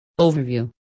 Overview